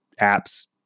apps